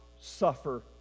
suffer